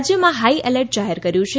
રાજ્યમાં હાઇએલર્ટ જાહેર કર્યું છે